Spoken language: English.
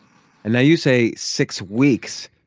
and you say six weeks.